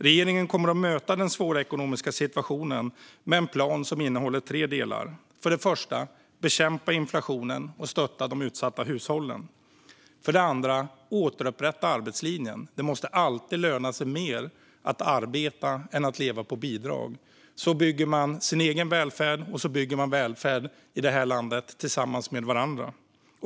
Regeringen kommer att möta den svåra ekonomiska situationen med en plan som innehåller tre delar. För det första ska vi bekämpa inflationen och stötta de utsatta hushållen. För det andra ska vi återupprätta arbetslinjen. Det måste alltid löna sig mer att arbeta än att leva på bidrag. Så bygger man sin egen välfärd, och så bygger vi välfärd i det här landet tillsammans med varandra.